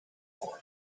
for